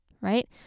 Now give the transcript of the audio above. right